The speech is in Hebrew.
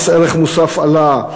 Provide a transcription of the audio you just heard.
מס ערך מוסף עלה,